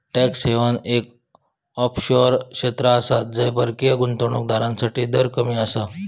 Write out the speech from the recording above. tax haven एक offshore क्षेत्र आसा जय परकीय गुंतवणूक दारांसाठी दर कमी आसा